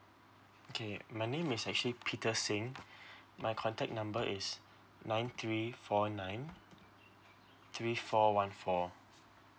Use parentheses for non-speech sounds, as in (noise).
okay my name is actually peter sim (breath) my contact number is nine three four nine three four one four